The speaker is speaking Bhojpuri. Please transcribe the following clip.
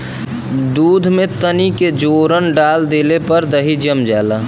दूध में तनके जोरन डाल देले पर दही जम जाला